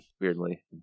weirdly